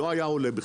לא היה עולה בכלל.